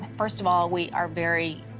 first of all, we are very,